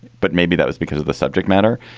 but maybe that was because of the subject matter.